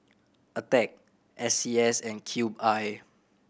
Attack S C S and Cube I